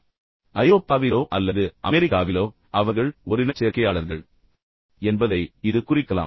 ஆனால் ஐரோப்பாவிலோ அல்லது அமெரிக்காவிலோ அவர்கள் ஓரினச்சேர்க்கையாளர்கள் என்பதை இது குறிக்கலாம்